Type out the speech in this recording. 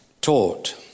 taught